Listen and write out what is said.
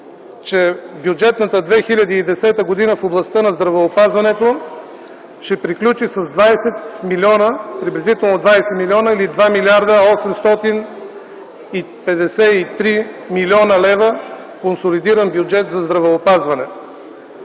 че бюджетната 2010 г. в областта на здравеопазването ще приключи с 20 млн., приблизително 20 млн. или 2 млрд. 853 млн. лв. консолидиран бюджет за здравеопазване.